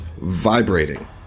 vibrating